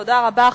תודה רבה.